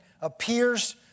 appears